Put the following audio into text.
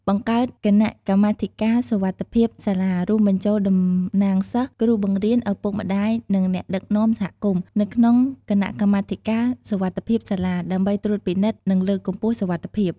ការបង្កើតគណៈកម្មាធិការសុវត្ថិភាពសាលា រួមបញ្ចូលតំណាងសិស្ស គ្រូបង្រៀន ឪពុកម្ដាយ និងអ្នកដឹកនាំសហគមន៍ នៅក្នុងគណៈកម្មាធិការសុវត្ថិភាពសាលា ដើម្បីត្រួតពិនិត្យ និងលើកកម្ពស់សុវត្ថិភាព។